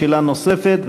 שאלה נוספת,